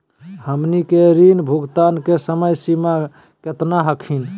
हमनी के ऋण भुगतान के समय सीमा केतना हखिन?